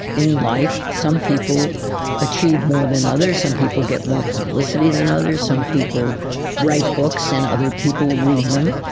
in life some people achieve more than others, some people get more publicity than others, some people write books and other people read them.